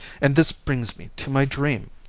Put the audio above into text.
and this brings me to my dream.